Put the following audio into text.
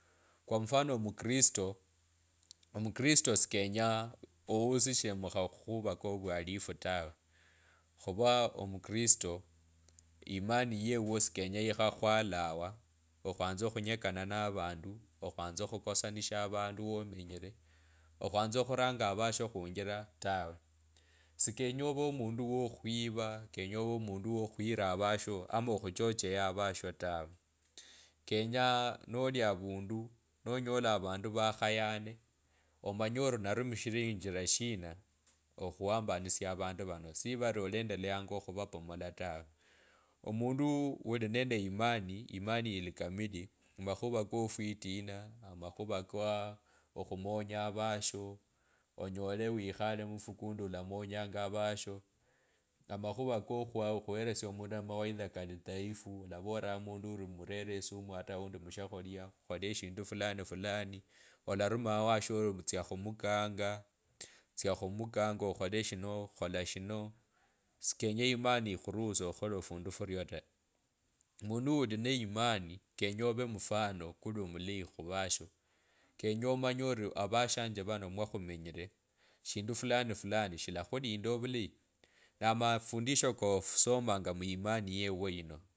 Kwa mfano omukristo, omukristo sikenya okhusishe mumakhava ka ovwalifu tawe khuvaa omukristo imani yeuwo sikenya ikhakhwalawa okhwanza okhunyekana na vandu okhwanza okhukosanisha avandu womenyire okhwenza khuranga ovasho khwijila tawe sikenya ovee omungu wo khuwiva, kenya e over omundu wo khwira avasho, ama okhuchochea taw, kenye noliavundu, nonyola avundu vakhayane omanye ori narumishira njilira shina, okhuambanisia avandu vano si vari olendeleanga akhuvabomoka tawe, omundu ulinende imani, imani ili kamalo mumakhuva ko fwitina makhuva kaa okhumonya avasho onyole wikhale mufukundi alamonyanga avasho amakhuva kokhuwelesia omundu, amawaidha kali dhaifu olavariranga omundu ori mrere esumu hata awundi mushakhulya khukhole eshindu fulani fulani olarumaa owasho ari tsia khumukanga okhole shino khola shino sikenye imani ikhuruuse okhukhole ofundu furio ta. Mundu uli ne imani kenye ove mfano kuli omulayi khuvasho kenye omanye ori avashanje vano mwa khumenyire shindu fulani fulani shilakhulinda ovulayi na mafundisho kosomanga, muimani yeuwo ino.